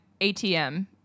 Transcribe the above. ATM